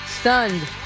stunned